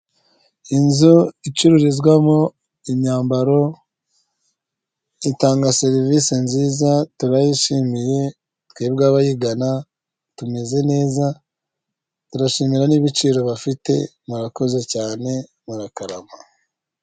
Inzu icururizwamo imyambaro itanga serivisi nziza turayishimiye, twebwe abayigana, tumeze neza, turashimira n'ibiciro bafite, murakoze cyane murakarama.